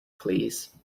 please